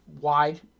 wide